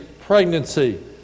pregnancy